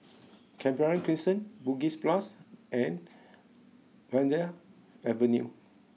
Canberra Crescent Bugis and Vanda Avenue